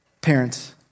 parents